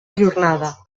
jornada